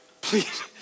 please